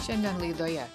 šiandien laidoje